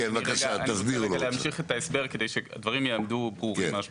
אני רוצה להמשיך את ההסבר כדי שהדברים יעמדו ברורים על השולחן.